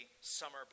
summer